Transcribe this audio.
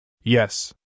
Yes